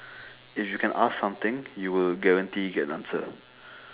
if you can ask something you will guarantee get an answer